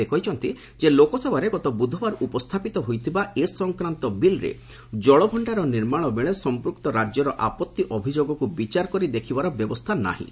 ସେ କହିଛନ୍ତି ଯେ ଲୋକସଭାରେ ଗତ ବୁଧବାର ଉପସ୍ଥାପିତ ହୋଇଥିବା ଏ ସଂକ୍ରାନ୍ତ ବିଲ୍ରେ ଜଳଭଣ୍ଡାର ନିର୍ମାଣ ବେଳେ ସଂପୃକ୍ତ ରାକ୍ୟର ଆପତ୍ତି ଅଭିଯୋଗକୁ ବିଚାର କରି ଦେଖିବାର ବ୍ୟବସ୍ଥା ନାହିଁ